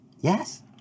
Yes